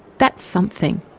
that's something.